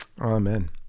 Amen